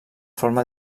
forma